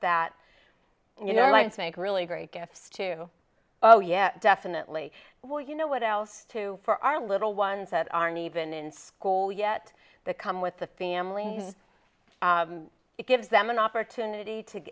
that you know i think really great gifts to oh yes definitely well you know what else to for our little ones that aren't even in school yet that come with the family and it gives them an opportunity to